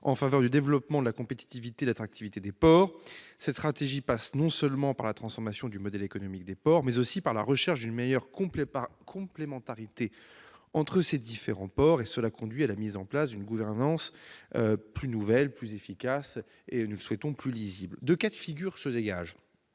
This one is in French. en faveur du développement de la compétitivité et de l'attractivité des ports. Cette stratégie passe non seulement par la transformation du modèle économique des ports, mais aussi par la recherche d'une meilleure complémentarité entre eux. Cela conduit à la mise en place d'une nouvelle gouvernance, plus efficace et, nous le souhaitons, plus lisible. Deux cas de figure se dégagent.